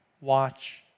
Watch